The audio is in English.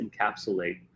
encapsulate